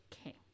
Okay